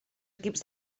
equips